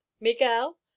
Miguel